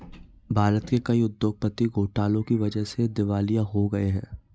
भारत के कई उद्योगपति घोटाले की वजह से दिवालिया हो गए हैं